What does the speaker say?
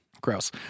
Gross